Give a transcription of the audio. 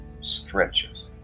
stretches